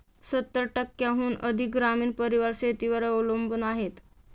सत्तर टक्क्यांहून अधिक ग्रामीण परिवार शेतीवर अवलंबून आहेत